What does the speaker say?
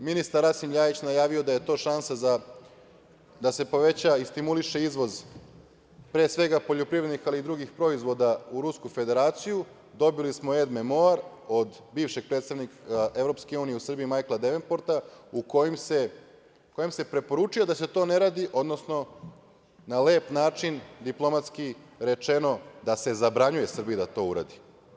Ministar Rasim Ljajić je najavio da je to šansa da se poveća i stimuliše izvoz pre svega poljoprivrednih, ali i drugih proizvoda u Rusku Federaciju, dobili smo ed-memoar od bivšeg predstavnika Evropske unije u Srbiji Majkla Devenporta u kojem se preporučuje da se to ne radi, odnosno na lep način, diplomatski je rečeno da se zabranjuje Srbiji da to uradi.